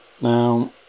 Now